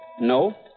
No